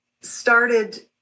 started